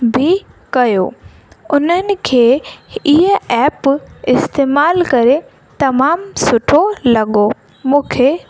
बि कयो उन्हनि खे ईअ ऐप इस्तेमालु करे तमामु सुठो लॻो मूंखे